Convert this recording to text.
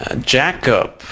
Jacob